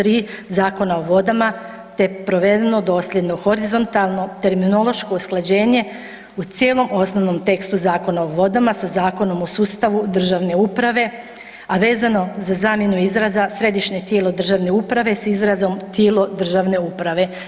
3. Zakona o vodama, te je provedeno dosljedno horizontalno terminološko usklađenje u cijelom osnovnom tekstu Zakona o vodama sa Zakonom o sustavu državne uprave, a vezano za zamjenu izraza „Središnje tijelo državne uprave“ s izrazom „Tijelo državne uprave“